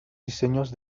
diseños